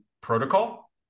protocol